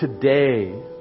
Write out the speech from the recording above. today